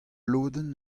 lodenn